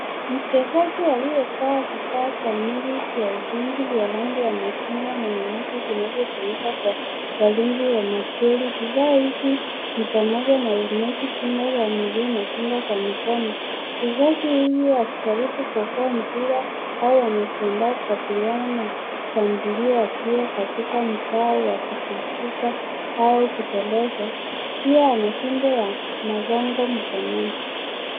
Mchezaji aliyevaa vifaa kamili vya utunzi vya rangi ya machungwa na nyeusi vinavyotumika na walinzi wa magoli. Vifaa hivi ni pamoja na helmeti, kinga za miguu na kinga za mikono. Mchezaji huyu akijaribu kuokoa mpira au anajiandaa kukabiliana na shambulio, akiwa katika mgao wa kujitupa au kuteleza. Pia ana fimbo ya magongo mkononi.